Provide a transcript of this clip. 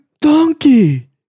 donkey